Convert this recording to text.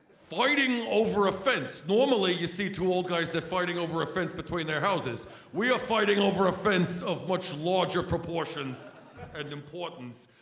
fighting over a fence. normally you see two old guys they're fighting over a fence between their houses we are fighting over a fence of much larger proportions and importance.